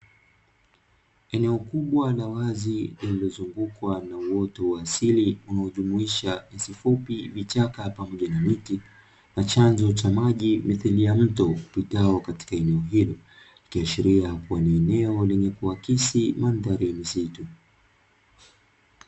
Eneo kubwa la wazi lililozungukwa na uoto wa asili unaojumuisha nyasi fupi, vichaka, pamoja na miti na chanzo cha maji mithili ya mto upitao katika eneo hilo. Ikiashiria kuwa ni eneo lenye kuakisi mandhari ya misitu.